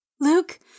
Luke